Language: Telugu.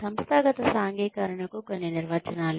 సంస్థాగత సాంఘికీకరణకు కొన్ని నిర్వచనాలు